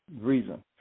reason